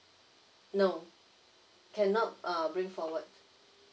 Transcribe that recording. no cannot uh bring forward